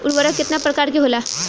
उर्वरक केतना प्रकार के होला?